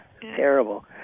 Terrible